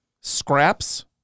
scraps